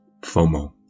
FOMO